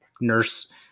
nurse